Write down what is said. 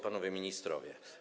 Panowie Ministrowie!